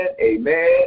amen